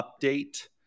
update